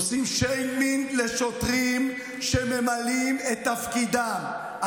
עושים שיימינג לשוטרים שממלאים את תפקידם.